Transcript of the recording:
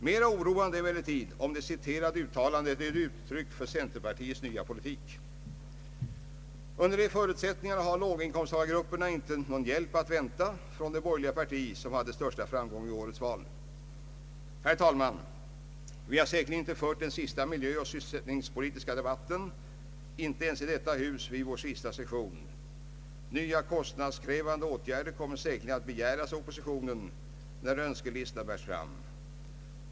Mera oroande är emellertid om det citerade uttalandet är ett uttryck för centerpartiets nya politik. Under de förutsättningarna har låginkomsttagargrupperna inte någon hjälp att vänta från det borgerliga parti som hade största framgången i årets val. Herr talman! Vi har säkerligen inte fört den sista miljöoch sysselsättningspolitiska debatten, inte ens i detta hus vid vår sista session. Nya kostnadskrävande åtgärder kommer säkerligen att begäras av oppositionen när Öönskelistorna bärs fram.